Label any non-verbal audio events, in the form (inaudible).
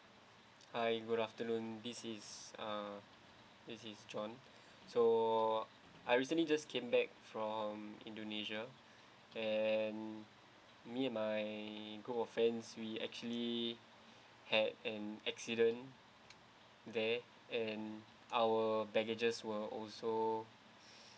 hi good afternoon this is uh this is john (breath) so I recently just came back from indonesia and me and my group of friends we actually had an accident there and our baggages were also (breath)